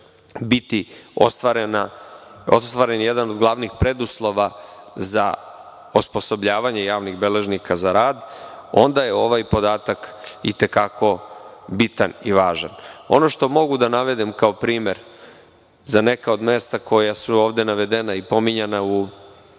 biti ostvaren jedan od glavnih preduslova za osposobljavanje javnih beležnika za rad. Onda je ovaj podatak i te kako bitan i važan. Ono što mogu da navedem kao primer za neka od mesta koja su ovde navedena i pominjana u